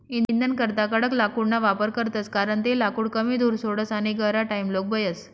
इंधनकरता कडक लाकूडना वापर करतस कारण ते लाकूड कमी धूर सोडस आणि गहिरा टाइमलोग बयस